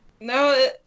no